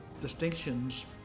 distinctions